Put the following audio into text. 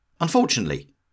Unfortunately